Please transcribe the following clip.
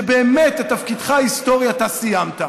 שבאמת את תפקידך ההיסטורי אתה סיימת,